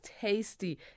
tasty